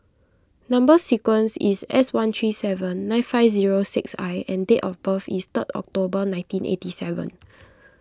Number Sequence is S one three seven nine five zero six I and date of birth is third October nineteen eighty seven